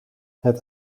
het